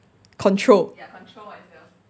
control